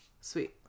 sweet